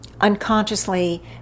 unconsciously